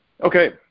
okay